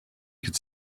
could